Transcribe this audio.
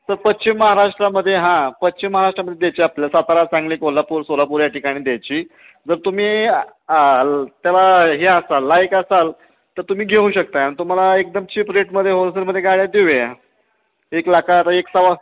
तर पश्चिम महाराष्ट्रामध्ये हां पश्चिम महाराष्ट्रामध्ये द्यायची आपल्या सतारा सांगली कोल्हापूर सोलापूर या ठिकाणी द्यायची जर तुम्ही त्याला हे असाल लायक असाल तर तुम्ही घेऊ शकता आणि तुम्हाला एकदम चीप रेटमध्ये होलसेलमध्ये गाड्या देऊया एक लाख आता एक सवा